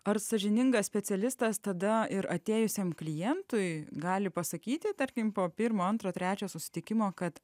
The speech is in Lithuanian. ar sąžiningas specialistas tada ir atėjusiam klientui gali pasakyti tarkim po pirmo antro trečio susitikimo kad